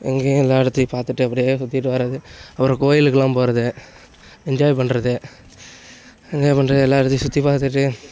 எங்கேயும் எல்லா இடத்தையும் பார்த்துட்டு அப்படியே சுற்றிட்டு வரது அப்புறம் கோயிலுக்குலாம் போகிறது என்ஜாய் பண்ணுறது என்ஜாய் பண்ணுறது எல்லா இடத்தையும் சுற்றி பார்த்துட்டு